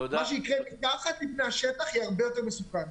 מה שיקרה מתחת לפני השטח יהיה הרבה יותר מסוכן.